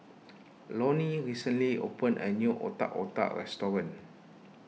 Lonnie recently opened a new Otak Otak restaurant